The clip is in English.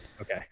okay